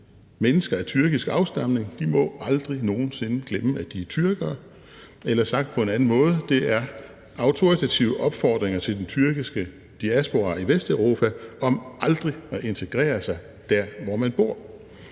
mennesker af tyrkisk afstamning må aldrig nogen sinde glemme, at de er tyrkere – eller sagt på en anden måde: Det er autoritative opfordringer til den tyrkiske diaspora i Vesteuropa om aldrig at integrere sig der, hvor man bor.